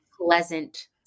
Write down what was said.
pleasant